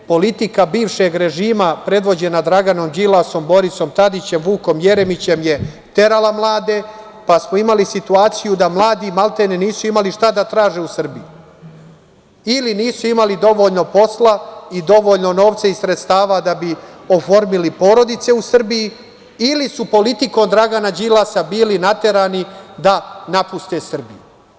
Politika bivšeg režima predvođena Draganom Đilasom, Borisom Tadićem, Vukom Jeremićem, je terala mlade, pa smo imali situaciju da mladi nisu imali šta da traže u Srbiji, ili nisu imali dovoljno posla, i dovoljno novca i sredstava da bi oformili porodice u Srbiji, ili su politikom Dragana Đilasa bili naterani da napuste Srbiju.